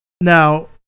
now